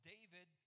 David